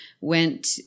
went